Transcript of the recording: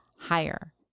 higher